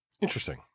Interesting